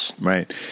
Right